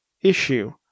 issue